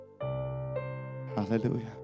Hallelujah